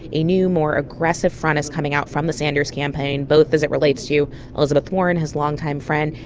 a new, more aggressive front is coming out from the sanders campaign, both as it relates to elizabeth warren, his longtime friend,